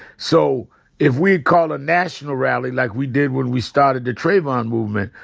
so if we had called a national rally, like we did when we started the trayvon movement,